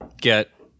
get